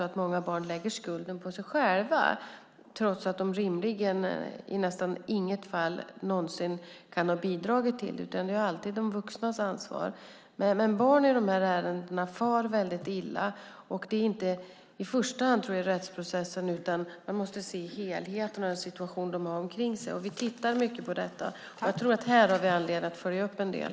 Många barn lägger tyvärr skulden på sig själva, trots att de nästan aldrig kan ha bidragit till det. Det är alltid de vuxnas ansvar. Barn far väldigt illa i de här ärendena. Jag tror inte att det i första hand är i rättsprocessen. Man måste se helheten och den situation de befinner sig i. Vi tittar mycket på det. Jag tror att vi har all anledning att följa upp en del.